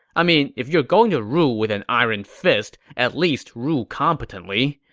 i mean, if you're going to rule with an iron fist, at least rule competently.